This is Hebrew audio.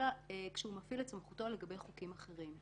אבל כן כשהוא מפעיל את סמכותו לגבי חוקים אחרים.